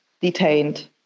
detained